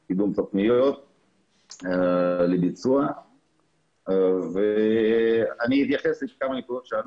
על קידום תכניות לביצוע אני אתייחס לכמה נקודות שעלו.